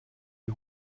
die